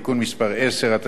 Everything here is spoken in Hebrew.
התשע"ב 2011,